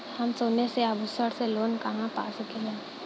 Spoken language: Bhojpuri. हम सोने के आभूषण से लोन कहा पा सकीला?